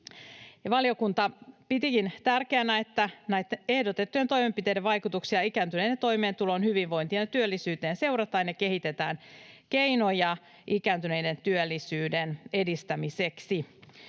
Valiokunta pitikin tärkeänä, että näitten ehdotettujen toimenpiteiden vaikutuksia ikääntyneiden toimeentuloon, hyvinvointiin ja työllisyyteen seurataan ja kehitetään keinoja ikääntyneiden työllisyyden edistämiseksi.